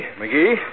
McGee